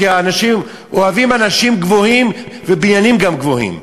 כי אוהבים אנשים גבוהים ובניינים גבוהים.